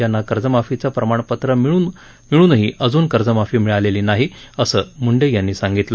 ज्यांना कर्जमाफीचं प्रमाणपत्र मिळुनही अजून कर्जमाफी मिळालेली नाही असं मुंडे यांनी सांगितलं